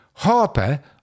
Harper